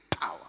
power